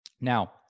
Now